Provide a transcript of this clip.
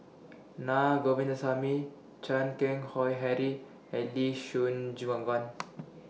Na Govindasamy Chan Keng Howe Harry and Lee Choon Guan